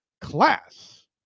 class